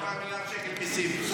--- מיליארד שקל מיסים.